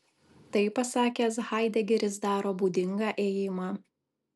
tai pasakęs haidegeris daro būdingą ėjimą